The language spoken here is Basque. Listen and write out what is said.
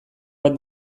bat